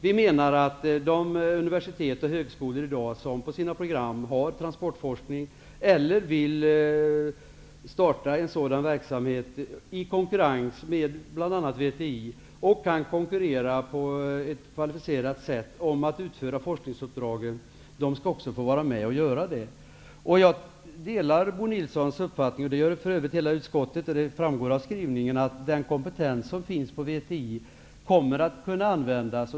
Vi menar att de universitet och högskolor som i dag har transportforskning på sina program eller som vill starta en sådan verksamhet i konkurrens med bl.a. VTI skall få vara med och göra det, om de kan konkurrera på ett kvalificerat sätt om att utföra forskningsuppdragen. Jag delar Bo Nilssons uppfattning -- det gör för övrigt hela utskottet, och det framgår av skrivningen -- att den kompetens som finns på VTI kommer att kunna användas.